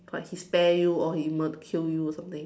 like he spare you or he murder kill you or something